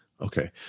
Okay